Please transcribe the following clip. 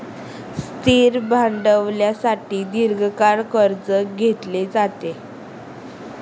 स्थिर भांडवलासाठी दीर्घकालीन कर्ज घेतलं जातं